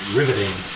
Riveting